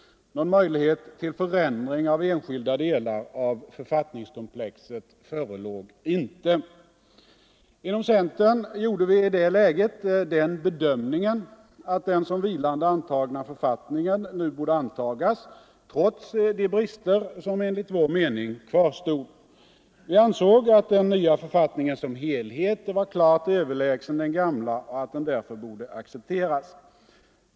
Någon möjlighet till förändring av enskilda delar av författningskomplexet förelåg inte. Inom centern gjorde vi i det läget den bedömningen att den som vilande antagna författningen nu borde antagas — trots de brister som enligt vår mening kvarstod. Vi ansåg att den nya författningen som helhet var klart överlägsen den gamla och att den därför borde accepteras.